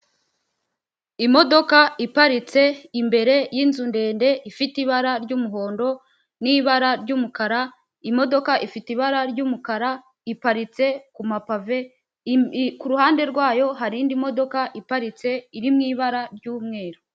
Imodoka iparitse imbere y'inzu ndende, ifite ibara ry'umuhondo n'ibara ry'umukara, imodoka ifite ibara ry'umukara, iparitse ku mapave, ku ruhande rwayo hari indi modoka iparitse iri mu ibara ry'umweru.